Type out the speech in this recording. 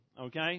okay